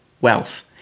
wealth